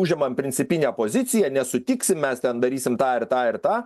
užimam principinę poziciją nesutiksim mes ten darysim tą ir tą ir tą